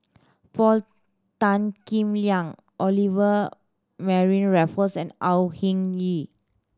Paul Tan Kim Liang Olivia Mariamne Raffles and Au Hing Yee